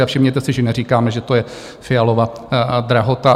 A všimněte si, že neříkáme, že to je Fialova drahota.